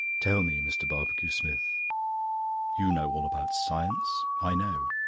tell me, mr barbecue-smith you know all about science, i know